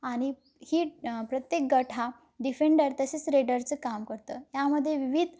आणि ही प्रत्येक गट हा डिफेंडर तसेच रेडरचं काम करतं यामध्ये विविध